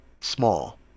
small